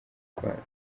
rwanda